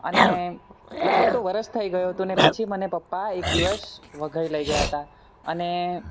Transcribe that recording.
અને લગભગ તો વરસ થઈ ગયું હતું ને પછી મને પપ્પા એક દિવસ વઘઈ લઈ ગયા હતા અને